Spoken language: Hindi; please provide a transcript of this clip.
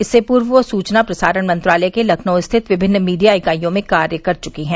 इससे पूर्व वह सुचना प्रसारण मंत्रालय के लखनऊ स्थित विमिन्न मीडिया इकाइयों में कार्य कर चुकी हैं